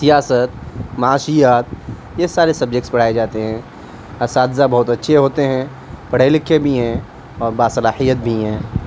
سیاست معاشیات یہ سارے سبجیکٹس پڑھائے جاتے ہیں اساتذہ بہت اچھے ہوتے ہیں پڑھے لکھے بھی ہیں اور باصلاحیت بھی ہیں